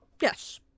Yes